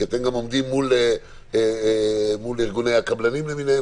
כי אתם גם עומדים מול ארגוני הקבלנים למיניהם